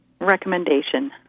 recommendation